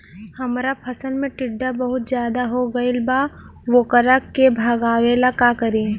हमरा फसल में टिड्डा बहुत ज्यादा हो गइल बा वोकरा के भागावेला का करी?